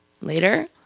later